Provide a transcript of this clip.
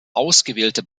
ausgewählte